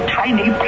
tiny